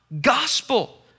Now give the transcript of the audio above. gospel